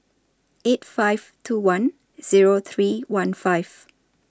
eight five two one Zero three one five